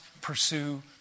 pursue